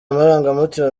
amarangamutima